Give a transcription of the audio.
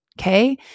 Okay